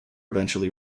eventually